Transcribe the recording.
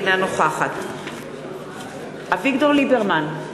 אינה נוכחת אביגדור ליברמן,